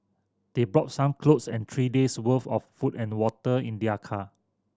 they brought some clothes and three days' worth of food and water in their car